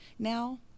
Now